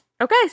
Okay